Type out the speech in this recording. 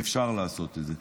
ואפשר לעשות את זה,